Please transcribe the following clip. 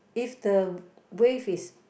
if the wave is